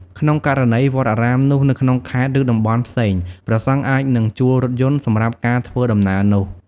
ក្នុងករណី វត្តអារាមនោះនៅក្នុងខេត្ត ឬ តំបន់ផ្សេង ព្រះសង្ឃអាចនឹងជួលរថយន្តសម្រាប់ការធ្វើដំណើរនោះ។